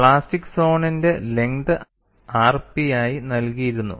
plastic സോണിന്റെ length rp ആയി നൽകിയിരുന്നു